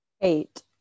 Eight